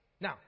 Now